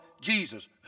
Jesus